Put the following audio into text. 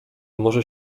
może